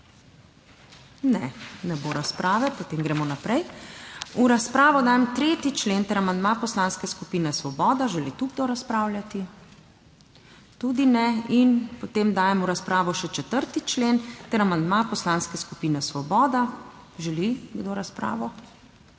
Ne. Ne bo razprave, potem gremo naprej. V razpravo dajem 3. člen ter amandma Poslanske skupine Svoboda. Želi kdo razpravljati? Tudi ne. In potem dajem v razpravo še 4. člen ter amandma Poslanske skupine Svoboda. Želi kdo razpravo?